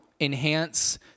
enhance